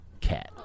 cat